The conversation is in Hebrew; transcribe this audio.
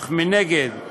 אך מנגד,